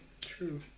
True